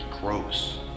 gross